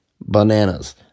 bananas